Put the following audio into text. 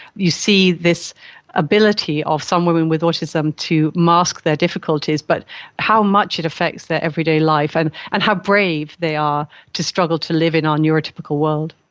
you see this ability of some women with autism to mask their difficulties. but how much it affects their everyday life and and how brave they are to struggle to live in our neurotypical world.